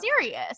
serious